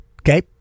Okay